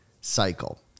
cycle